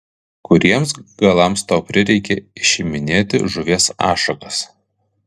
kuriems galams tau prireikė išiminėti žuvies ašakas